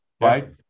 right